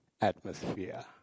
atmosphere